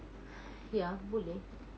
ya boleh